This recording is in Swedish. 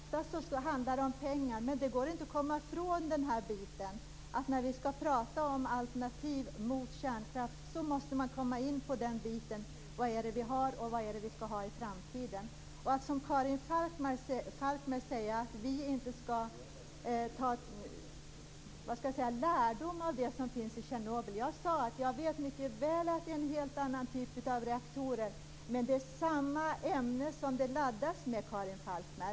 Fru talman! Det handlar oftast om pengar. Men det går inte att komma ifrån den här delen. När vi skall tala om alternativ till kärnkraft måste man komma in på vad det är vi har och vad det är vi skall ha i framtiden. Man kan inte som Karin Falkmer säga att vi inte skall ta lärdom av det som hänt i Tjernobyl. Jag sade att jag mycket väl vet att det är en helt annan typ av reaktorer. Men det är samma ämne som de laddas med, Karin Falkmer.